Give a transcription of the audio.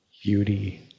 Beauty